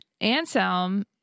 Anselm